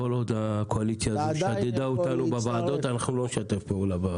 כל עוד הקואליציה הזאת שדדה אותנו בוועדות אנחנו לא נשתף פעולה.